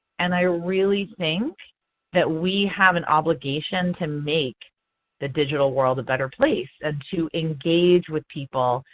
and i really think that we have an obligation to make the digital world a better place, and to engage with people,